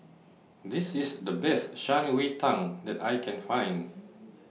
This IS The Best Shan Rui Tang that I Can Find